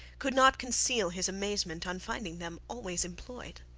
could not conceal his amazement on finding them always employed.